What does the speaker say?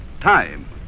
time